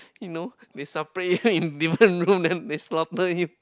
you know they separate you in different room then they slaughter you